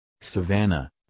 savannah